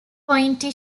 pointe